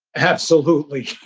absolutely.